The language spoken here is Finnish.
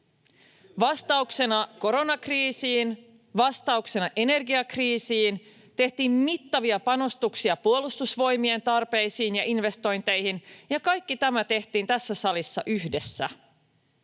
vastauksena koronakriisiin ja vastauksena energiakriisiin, tehtiin mittavia panostuksia Puolustusvoimien tarpeisiin ja investointeihin. Ja kaikki tämä tehtiin tässä salissa yhdessä.